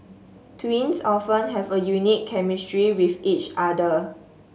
twins often have a unique chemistry with each other